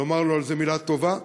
לומר לו על זה מילה טובה.